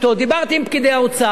דיברתי עם פקידי האוצר.